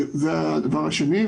זה הדבר השני.